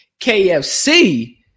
KFC